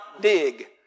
dig